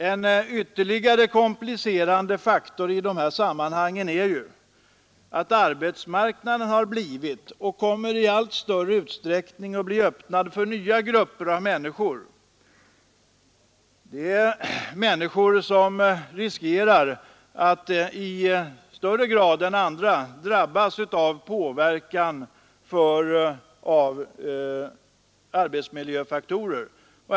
En ytterligare komplicerande faktor i de här sammanhangen är ju att arbetsmarknaden har blivit och i allt större utsträckning kommer att bli öppen för nya grupper av människor, personer som riskerar att i högre grad än andra drabbas av arbetsmiljöfaktorernas påverkan.